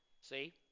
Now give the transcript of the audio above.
See